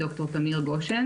ד"ר תמיר גושן